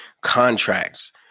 contracts